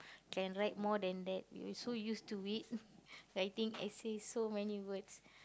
can write more than that we're so used to it writing essays so many words